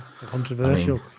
Controversial